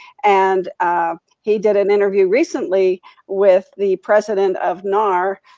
and he did an interview recently with the president of nar.